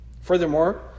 Furthermore